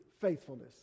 faithfulness